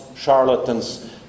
charlatans